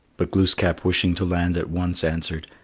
but glooskap, wishing to land at once, answered,